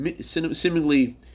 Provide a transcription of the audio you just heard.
seemingly